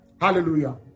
hallelujah